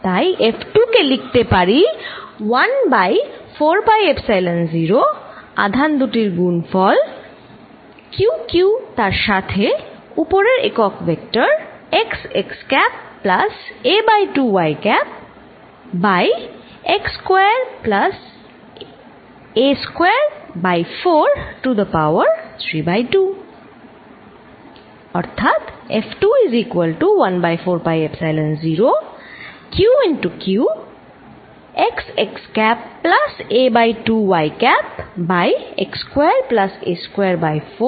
তাই F2 কে লিখতে পারি 1বাই 4 পাই এপসাইলন0 আধান দুটির গুণফল Qq তার সাথে উপরের একক vector xx cap plus a by 2 y cap ভাগ x square plus a square by 4 to the power 32